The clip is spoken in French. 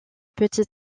petite